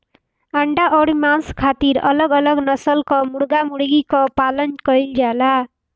अंडा अउर मांस खातिर अलग अलग नसल कअ मुर्गा मुर्गी कअ पालन कइल जाला